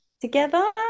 together